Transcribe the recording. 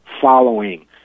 following